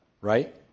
Right